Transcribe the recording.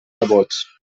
nebots